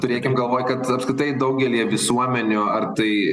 turėkim galvoj kad apskritai daugelyje visuomenių ar tai